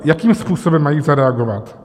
Jakým způsobem mají zareagovat?